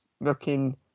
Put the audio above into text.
looking